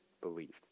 believed